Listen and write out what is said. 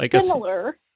Similar